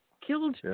killed